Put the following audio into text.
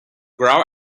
grau